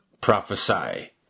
prophesy